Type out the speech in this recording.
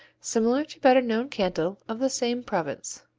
similar to better-known cantal of the same province.